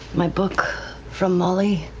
my book from molly.